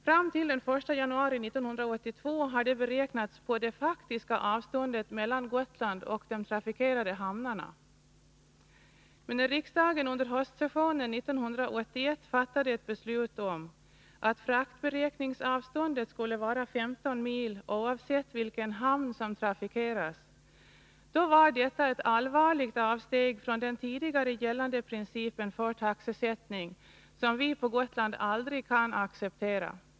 Fram till den 1 januari 1982 har det beräknats på det faktiska avståndet mellan Gotland och de trafikerade hamnarna. Men när riksdagen under höstsessionen 1981 fattade ett beslut om att fraktberäkningsavståndet skulle vara 15 mil, oavsett vilken hamn som trafikeras, då var detta ett allvarligt avsteg från den tidigare gällande principen för taxesättning, som vi på Gotland aldrig kan acceptera.